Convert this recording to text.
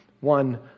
one